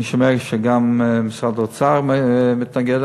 אני שומע שגם משרד האוצר מתנגד.